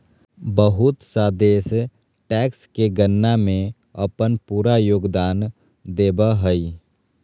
बहुत सा देश टैक्स के गणना में अपन पूरा योगदान देब हइ